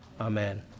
Amen